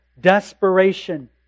desperation